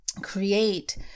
create